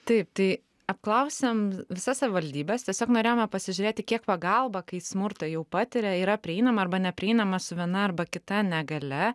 taip tai apklausėm visas savivaldybes tiesiog norėjome pasižiūrėti kiek pagalba kai smurtą jau patiria yra prieinama arba neprieinama su viena arba kita negalia